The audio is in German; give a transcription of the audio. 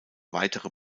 weitere